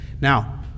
now